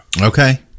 Okay